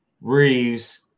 Reeves